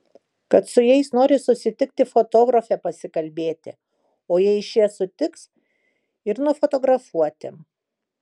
kad su jais nori susitikti fotografė pasikalbėti o jei šie sutiks ir nufotografuoti